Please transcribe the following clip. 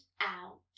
out